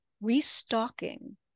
restocking